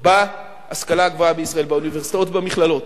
בהשכלה הגבוהה בישראל, באוניברסיטאות ובמכללות.